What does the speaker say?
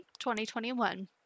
2021